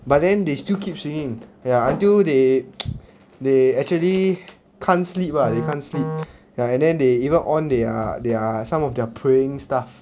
but then they still keep seeing ya until they they actually can't sleep ah they can't sleep ya and then they even on their their some of their praying stuff